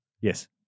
Yes